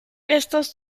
estos